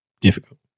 difficult